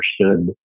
understood